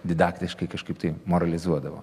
didaktiškai kažkaip tai moralizuodavo